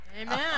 Amen